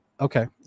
Okay